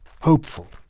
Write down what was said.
Hopeful